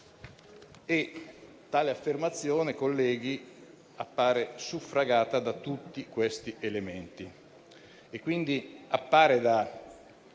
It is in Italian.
e tale affermazione, colleghi, appare suffragata da tutti questi elementi.